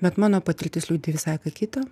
bet mano patirtis liūdi visai ką kita